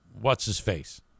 what's-his-face